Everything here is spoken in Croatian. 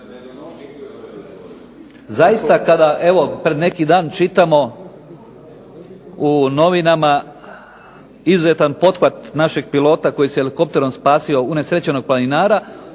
Zaista kada evo pred neki dan čitamo u novinama izuzetan pothvat našeg pilota koji je helikopterom spasio unesrećenog planinara,